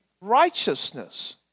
righteousness